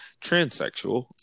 transsexual